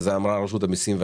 ואת זה אמרה רשות המיסים,